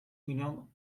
milyon